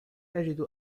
أجد